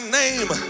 name